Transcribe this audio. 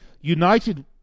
United